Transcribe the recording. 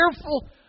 careful